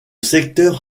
secteur